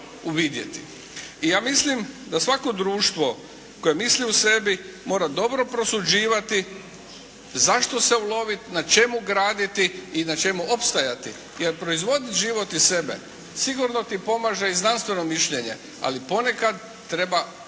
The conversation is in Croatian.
I ja mislim da svako društvo koje misli u sebi, mora dobro prosuđivati za što se ulovit, na čemu graditi i na čemu opstajati, jer proizvodit život i sebe sigurno ti pomaže i znanstveno mišljenje, ali ponekad treba puno